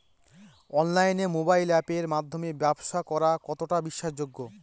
অনলাইনে মোবাইল আপের মাধ্যমে ব্যাবসা করা কতটা বিশ্বাসযোগ্য?